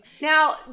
now